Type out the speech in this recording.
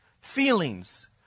feelings